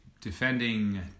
defending